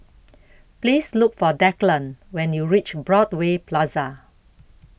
Please Look For Declan when YOU REACH Broadway Plaza